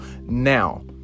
Now